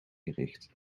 gericht